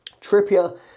Trippier